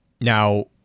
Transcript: Now